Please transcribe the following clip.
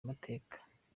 amateka